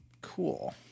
Cool